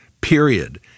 period